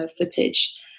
footage